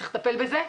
צריך לטפל בזה.